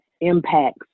impacts